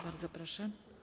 Bardzo proszę.